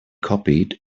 copied